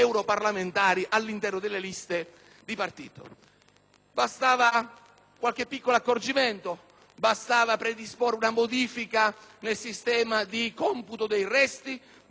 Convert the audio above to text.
qualche piccolo accorgimento, predisporre una modifica nel sistema di computo dei resti, accettare la proposta che ho sottoscritto di